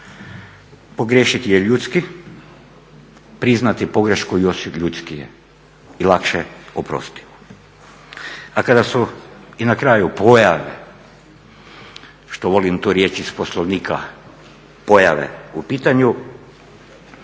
Pogriješiti je ljudski, priznati pogrešku još je ljudskije i lakše oprostivo. A kada su i na kraju pojave, što volim tu riječ iz Poslovnika, pojave u pitanju,